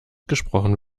gesprochen